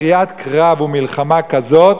קריאת קרב ומלחמה כזאת